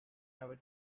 never